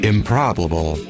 Improbable